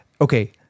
Okay